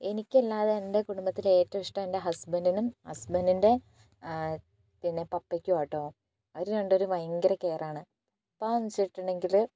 എനിക്കല്ലാതെ എൻ്റെ കുടുംബത്തില് ഏറ്റവും ഇഷ്ട്ടം എൻ്റെ ഹസ്ബൻഡിനും ഹസ്ബൻഡിൻ്റെ പിന്നെ പപ്പയ്ക്കും ആട്ടൊ അവര് രണ്ടുപേരും ഭയങ്കര കെയർ ആണ് പാപ്പാന്ന് വെച്ചിട്ടുണ്ടെങ്കില്